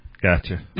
Gotcha